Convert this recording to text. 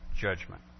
judgment